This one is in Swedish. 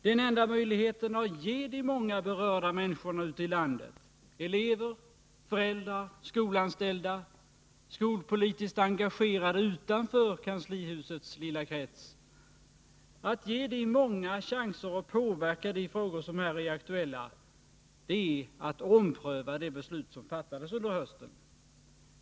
Den enda möjligheten att ge de många berörda människorna ute i landet — elever, föräldrar, skolanställda, skolpolitiskt engagerade utanför kanslihusets lilla krets — chanser att påverka de frågor som här är aktuella, är att ompröva det beslut som fattades under hösten.